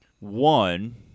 One